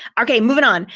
okay, moving on.